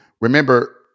remember